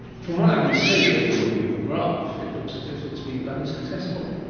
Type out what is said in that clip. from what i can see of your your graph, it looks as if it's been bloody successful.